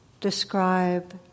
describe